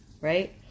right